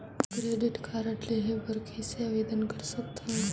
Credit card लेहे बर कइसे आवेदन कर सकथव?